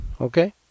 Okay